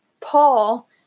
Paul